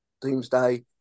doomsday